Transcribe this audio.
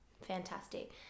Fantastic